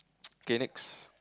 K next